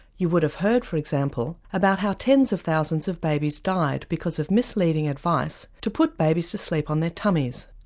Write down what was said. you would have heard for example about how tens of thousands of babies died because of misleading advice to put babies to sleep on their tummies,